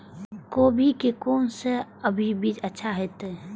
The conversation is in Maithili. गोभी के कोन से अभी बीज अच्छा होते?